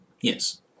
yes